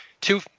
two